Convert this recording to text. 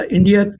India